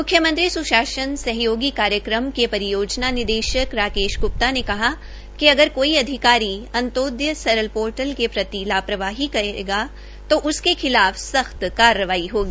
म्ख्यमंत्री स्शासन सहयोगी कार्यक्रम के परियोजना निदेशक राकेश ग्प्ता ने कहा है कि अगर कोई अधिकारी अंत्योदय सरल पोर्टल के प्रति लापरवाही करेगा तो उसके खिलाफ सख्त कार्रवाई होगी